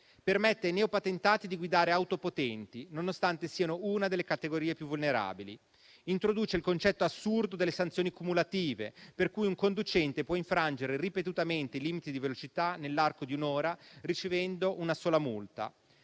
permette ai neopatentati di guidare auto potenti, nonostante siano una delle categorie più vulnerabili; introduce il concetto assurdo delle sanzioni cumulative, per cui un conducente può infrangere ripetutamente i limiti di velocità nell'arco di un'ora ricevendo una sola multa;